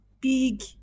big